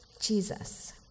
Jesus